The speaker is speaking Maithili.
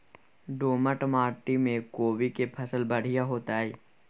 दोमट माटी में कोबी के फसल बढ़ीया होतय?